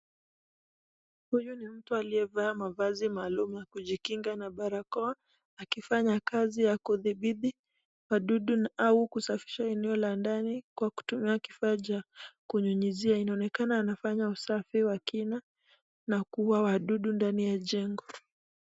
Huyu ni mtu aliyevaa mavazi maalum ya kujikinga na barakoa akifanya kazi ya kudhibiti wadudu au kusafisha eneo la ndani kwa kutumia kifaa cha kunyunyizia. Inaonekana anafanya usafi wa kina na kuua wadudu ndani ya jengo.